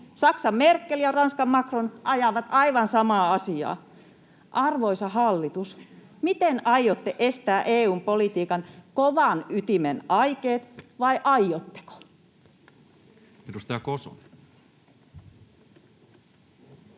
Saksan Merkel ja Ranskan Macron ajavat aivan samaa asiaa. Arvoisa hallitus, miten aiotte estää EU:n politiikan kovan ytimen aikeet, vai aiotteko?